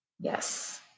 Yes